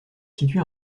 située